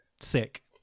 sick